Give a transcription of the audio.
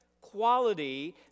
quality